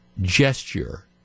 gesture